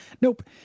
Nope